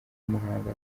muhanga